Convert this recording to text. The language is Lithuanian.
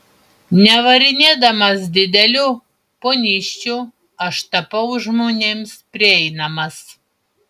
nevarinėdamas didelių ponysčių aš tapau žmonėms prieinamas